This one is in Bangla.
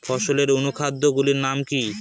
ফসলের অনুখাদ্য গুলির নাম কি?